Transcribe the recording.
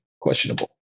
questionable